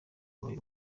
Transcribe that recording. yabaye